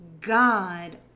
God